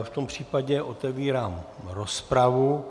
V tom případě otevírám rozpravu.